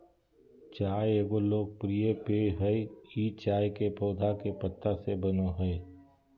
चाय एगो लोकप्रिय पेय हइ ई चाय के पौधा के पत्ता से बनो हइ